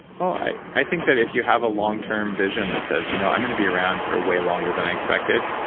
ah i think that if you have a long-term vision that says you know i'm gonna be around for way longer than i expected,